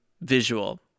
visual